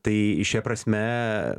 tai šia prasme